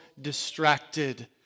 distracted